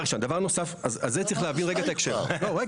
נוסף, צריך להבין רגע את ההקשר.